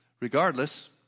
Regardless